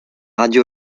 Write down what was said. radio